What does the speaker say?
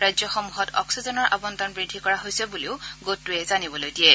ৰাজ্যসমূহত অস্সিজেনৰ আৱণ্টন বৃদ্ধি কৰা হৈছে বুলিও গোটটোৱে জানিবলৈ দিয়ে